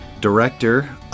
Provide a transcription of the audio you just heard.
director